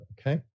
Okay